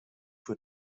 für